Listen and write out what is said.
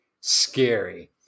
scary